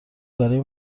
برای